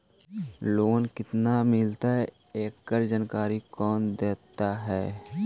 Loan केत्ना मिलतई एकड़ जानकारी कौन देता है?